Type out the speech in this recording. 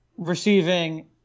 receiving